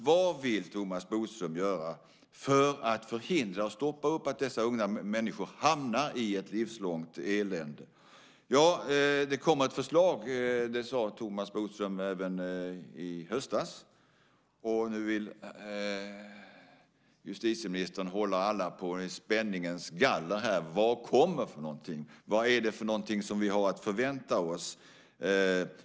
Vad vill Thomas Bodström göra för att förhindra och stoppa upp att dessa unga människor hamnar i ett livslångt elände? Det kommer ett förslag; det sade Thomas Bodström även i höstas. Nu vill justitieministern hålla alla på spänningens galler här. Vad kommer för någonting? Vad är det för någonting som vi har att förvänta oss?